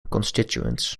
constituents